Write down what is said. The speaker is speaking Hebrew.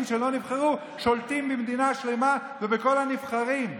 שלא נבחרו ושולטים במדינה שלמה ובכל הנבחרים,